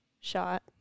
shot